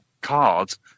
cards